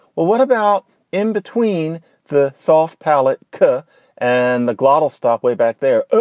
well, what about in between the soft palate curve and the glottal stop way back there?